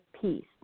peace